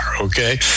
okay